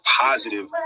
positive